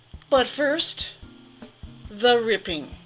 but first the ripping.